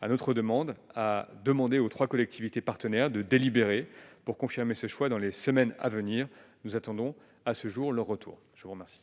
à notre demande, a demandé aux 3 collectivités partenaires de délibérer pour confirmer ce choix dans les semaines à venir, nous attendons à ce jour, le retour, je vous remercie.